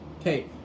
Okay